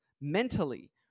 mentally